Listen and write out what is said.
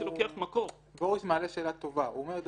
לדעת מי הלווה שלהן ומי המלווה שלהן.